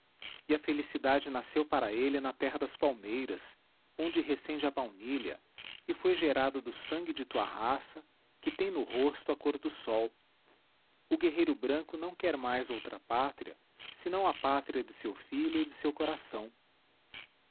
e a felicidade nasceu para ele na terra das palmeiras onde recende a baunilha e foi gerada do sangue de tua raça que tem no rosto a cor do sol o guerreiro branco não quer mais outra pátria senão a pátria de seu filho e de seu coração